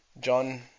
John